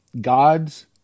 God's